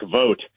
vote